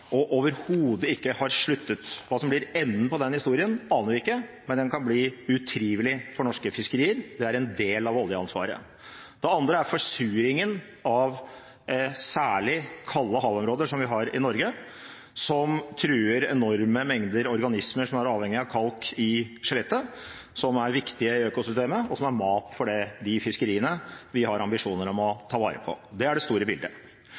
og overhodet ikke har sluttet. Hva som blir enden på den historien, aner vi ikke, men den kan bli utrivelig for norske fiskerier. Det er en del av oljeansvaret. Det andre er forsuringen av særlig kalde havområder, som vi har i Norge, og som truer enorme mengder organismer som er avhengige av kalk i skjelettet, som er viktige i økosystemet, og som er mat i de fiskeriene vi har ambisjoner om å ta vare på. Det er det store bildet.